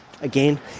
Again